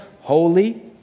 holy